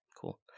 cool